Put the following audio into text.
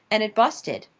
and it busted!